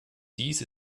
dies